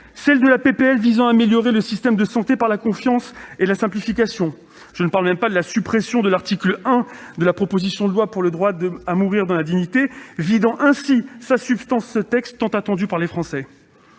de loi visant à améliorer le système de santé par la confiance et la simplification, sans même parler de la suppression de l'article 1 de la proposition de loi visant à établir le droit à mourir dans la dignité, qui vidait de sa substance ce texte tant attendu par les Français.